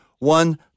One